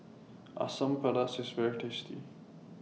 Asam Pedas IS very tasty